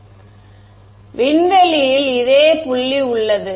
எனவே விண்வெளியில் இதே புள்ளி உள்ளது